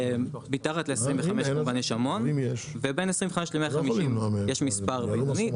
מתחת ל 25 כמובן יש המון ובין 25 ל 150 יש מספר בינוני,